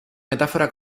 metáfora